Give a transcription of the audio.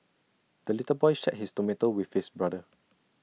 the little boy shared his tomato with his brother